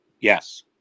Yes